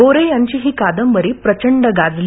गोरे यांची ही कादंबरी प्रचंड गाजली